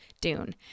Dune